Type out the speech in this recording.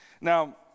Now